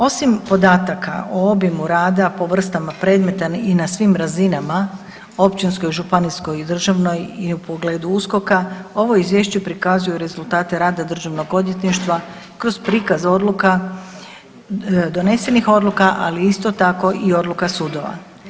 Osim podataka o obimu rada, po vrstama predmeta i na svim razinama općinskoj, županijskoj i državnoj i u pogledu USKOK-a ovo izvješće pokazuje rezultate rada državnih odvjetništava kroz prikaz odluka, donesenih odluka, ali isto tako i odluka sudova.